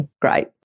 Great